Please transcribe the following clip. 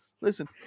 listen